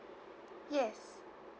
yes